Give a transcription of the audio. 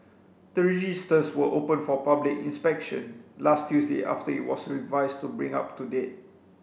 the registers were opened for public inspection last Tuesday after it was revised to bring it up to date